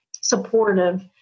supportive